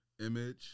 image